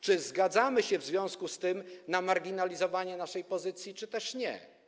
Czy zgadzamy się w związku z tym na marginalizowanie naszej pozycji, czy też nie?